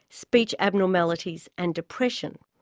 speech abnormalities and depression.